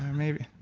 maybe.